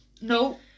No